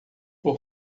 por